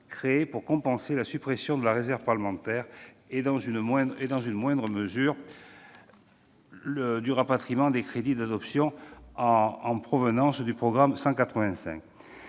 créé pour compenser la suppression de la réserve parlementaire, et, dans une moindre mesure, au rapatriement de crédits d'adoption en provenance du programme 185.